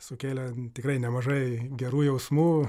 sukėlė tikrai nemažai gerų jausmų